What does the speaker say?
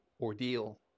ordeal